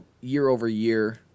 year-over-year